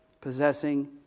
possessing